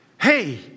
Hey